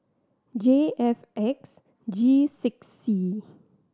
J F X G six C